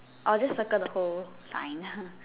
I will just circle the whole line